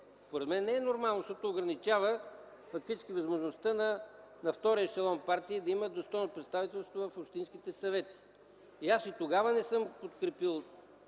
Според мен не е нормално, защото ограничава фактически възможността на втория ешелон партии да имат достойно представителство в общинските съвети. Аз и тогава не подкрепих